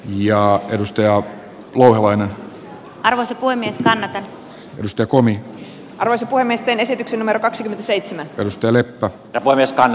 ja edustaja puhuen arvasi voimismään syystä komi kai se puhemiesten esityksen numero kaksikymmentäseitsemän perustelee puolestaan